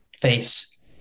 face